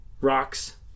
rocks